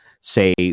say